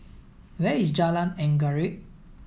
where is Jalan Anggerek